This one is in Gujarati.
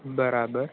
બરાબર